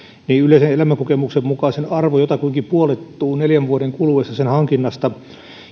niin yleisen elämänkokemuksen mukaan sen arvo jotakuinkin puolittuu neljän vuoden kuluessa sen hankinnasta